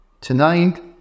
tonight